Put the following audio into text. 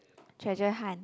treasure hunt